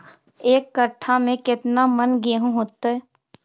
एक कट्ठा में केतना मन गेहूं होतै?